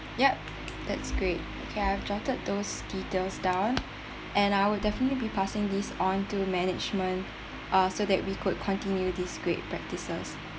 ya that's great ya I have jotted those details down and I would definitely be passing this onto management uh so that we could continue this great practise